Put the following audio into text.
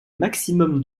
maximum